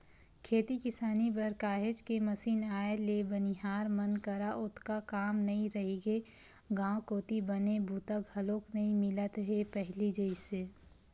खेती किसानी बर काहेच के मसीन आए ले बनिहार मन करा ओतका काम नइ रहिगे गांव कोती बने बूता घलोक नइ मिलत हे पहिली जइसे